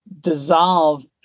dissolve